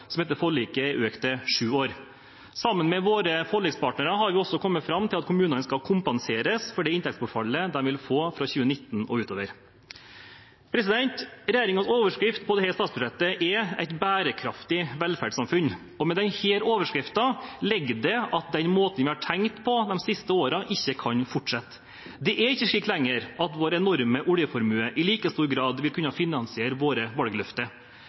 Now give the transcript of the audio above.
som etter forliket er økt til sju år. Sammen med våre forlikspartnere har vi også kommet fram til at kommunene skal kompenseres for det inntektsbortfallet de vil få fra 2019 og utover. Regjeringens overskrift på dette statsbudsjettet er Et bærekraftig velferdssamfunn, og i denne overskriften ligger det at den måten vi har tenkt på de siste årene, ikke kan fortsette. Det er ikke slik lenger at vår enorme oljeformue i like stor grad vil kunne finansiere våre valgløfter.